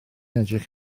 edrych